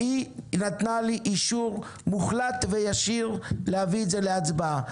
והיא נתנה לי אישור מוחלט וישיר להביא את זה להצבעה.